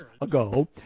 ago